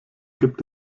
gibt